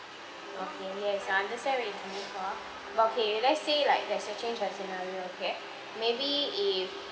okay yes I understand okay let's say like there's a change as in another way okay maybe if